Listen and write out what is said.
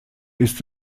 ist